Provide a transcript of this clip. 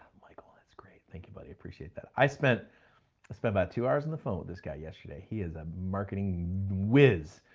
michel, that's great, thank you buddy. i appreciate that. i spent spent about two hours on the phone with this guy yesterday. he is a marketing whiz.